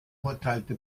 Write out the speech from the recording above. urteilte